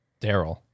Daryl